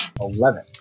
Eleven